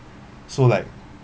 so like